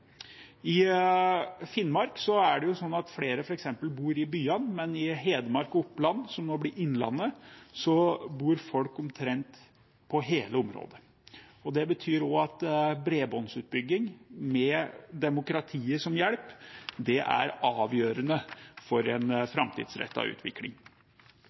I Finnmark er det flere som bor i byene, mens det i Hedmark og Oppland, som nå blir Innlandet, bor folk omtrent over hele området. Det betyr at bredbåndsutbygging, med demokratiet som hjelp, er avgjørende for en framtidsrettet utvikling.